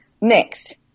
Next